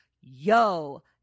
yo